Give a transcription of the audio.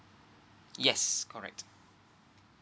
yes correct